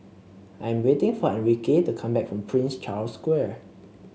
I'm waiting for Enrique to come back from Prince Charles Square